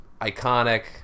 iconic